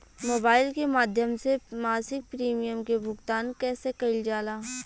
Mobile के माध्यम से मासिक प्रीमियम के भुगतान कैसे कइल जाला?